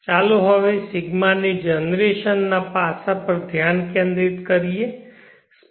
ચાલો હવે ρ ની જનરેશન ના પાસા પર ધ્યાન કેન્દ્રિત કરું